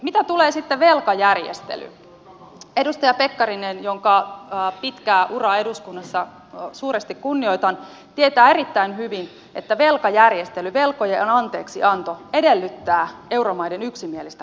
mitä tulee sitten velkajärjestelyyn edustaja pekkarinen jonka pitkää uraa eduskunnassa suuresti kunnioitan tietää erittäin hyvin että velkajärjestely velkojen anteeksianto edellyttää euromaiden yksimielistä päätöstä